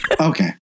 Okay